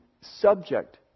subject